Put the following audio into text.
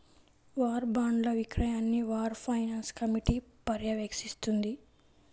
war బాండ్ల విక్రయాన్ని war finance committee పర్యవేక్షిస్తుంది